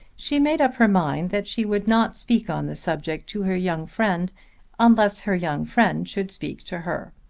she made up her mind that she would not speak on the subject to her young friend unless her young friend should speak to her.